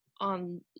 on